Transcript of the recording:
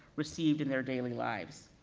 received in their daily lives,